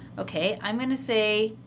okay, i'm going to say